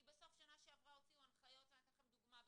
כי בסוף שנה שעברה הוציאו הנחיות ואני אתן לכם דוגמה,